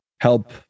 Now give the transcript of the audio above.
help